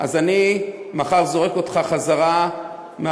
אז אני מחר זורק אותך חזרה מהמרשימה.